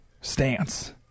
stance